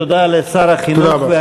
תודה לשר החינוך.